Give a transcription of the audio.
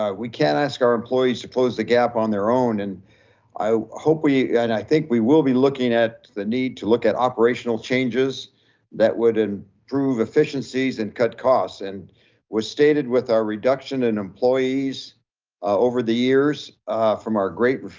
we can't ask our employees to close the gap on their own. and i hope we, yeah and i think we will be looking at the need to look at operational changes that would improve efficiencies and cut costs and was stated with our reduction in employees over the years from our great,